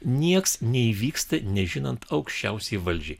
nieks neįvyksta nežinant aukščiausiai valdžiai